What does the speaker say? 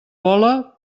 vola